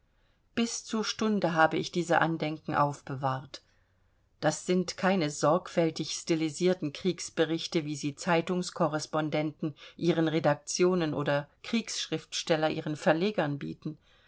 bis zur stunde habe ich diese andenken aufbewahrt das sind keine sorgfältig stilisierten kriegsberichte wie sie zeitungskorrespondenten ihren redaktionen oder kriegsschriftsteller ihren verlegern bieten